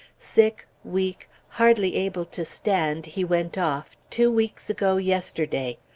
sick, weak, hardly able to stand, he went off, two weeks ago yesterday.